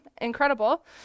incredible